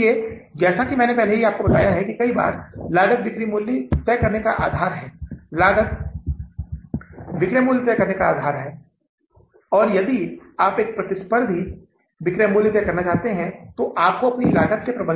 तो इसका मतलब है अब कुल कितनी राशि उपलब्ध है हमारे पास यह राशि 470 डॉलर परिचालन के लिए उपलब्ध है और अतिरिक्त हमें 63000 का अधिशेष मिला है जो भुगतानों के ऊपर संग्रह का संवितरण के ऊपर